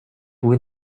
will